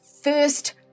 first